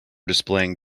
displaying